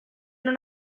non